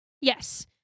Yes